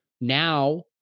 now